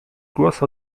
głos